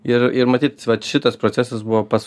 ir matyt vat šitas procesas buvo pats